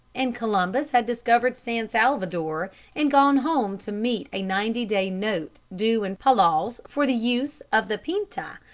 and columbus had discovered san salvador and gone home to meet a ninety-day note due in palos for the use of the pinta,